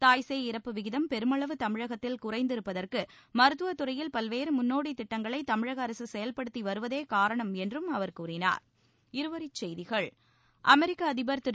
தாய் சேய் இறப்பு விகிதம் பெருமளவு தமிழகத்தில் குறைந்திருப்பதற்கு மருத்துவதுறையில் பல்வேறு முன்னோடி திட்டங்களை தமிழக அரசு செயல்படுத்தி வருவதே காரணம் என்றும் அவர் கூறினார் இருவரிச் செய்திகள் அமெரிக்க அதிபர் திரு